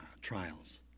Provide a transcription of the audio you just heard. trials